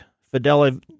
Fidelity